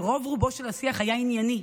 ורוב-רובו של השיח היה ענייני,